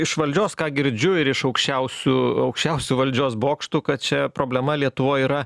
iš valdžios ką girdžiu ir iš aukščiausių aukščiausių valdžios bokštų kad čia problema lietuvoj yra